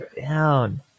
down